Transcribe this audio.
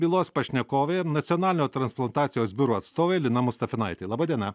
bylos pašnekovė nacionalinio transplantacijos biuro atstovė lina mustafinaitė laba diena